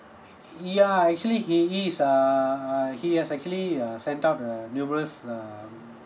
ya actually he is err err he has actually err set up the numerous um